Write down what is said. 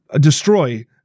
Destroy